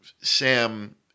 Sam